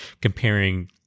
comparing